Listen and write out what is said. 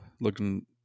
looking